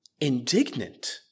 indignant